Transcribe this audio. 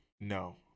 No